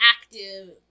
active